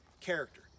character